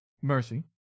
Mercy